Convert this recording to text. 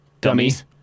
dummies